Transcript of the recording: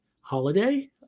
holiday